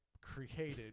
created